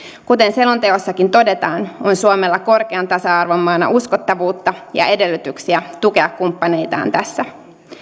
kuten selonteossakin todetaan on suomella korkean tasa arvon maana uskottavuutta ja edellytyksiä tukea kumppaneitaan tässä